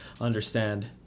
understand